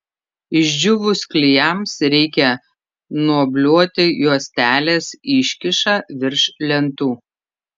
išdžiūvus klijams reikia nuobliuoti juostelės iškyšą virš lentų